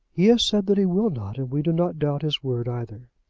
he has said that he will not, and we do not doubt his word either.